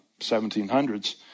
1700s